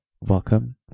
welcome